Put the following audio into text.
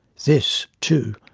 this, too,